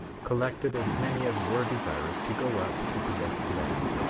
collected as many as were desirous to go up to possess the land,